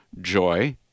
joy